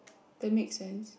that makes sense